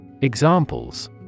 Examples